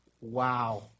Wow